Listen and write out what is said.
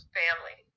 family